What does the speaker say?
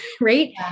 Right